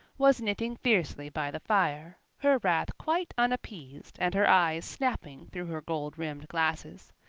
was knitting fiercely by the fire, her wrath quite unappeased and her eyes snapping through her gold-rimmed glasses.